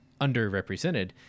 underrepresented